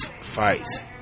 fights